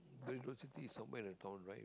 VivoCity is somewhere in the town right